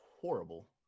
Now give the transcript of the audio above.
horrible